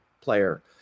player